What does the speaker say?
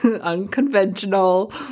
unconventional